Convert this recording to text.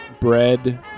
bread